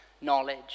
knowledge